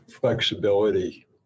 flexibility